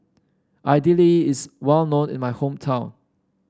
Idili is well known in my hometown